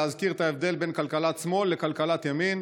להזכיר את ההבדל בין כלכלת שמאל לכלכלת ימין.